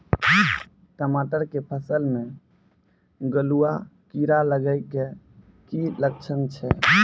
टमाटर के फसल मे गलुआ कीड़ा लगे के की लक्छण छै